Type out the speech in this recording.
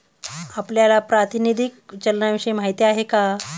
आपल्याला प्रातिनिधिक चलनाविषयी माहिती आहे का?